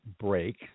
break